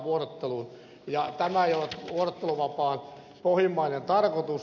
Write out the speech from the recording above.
tämä ei ole vuorotteluvapaan pohjimmainen tarkoitus